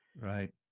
Right